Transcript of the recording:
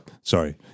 Sorry